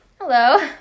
hello